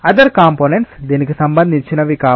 other components దీనికి సంబంధించినవి కావు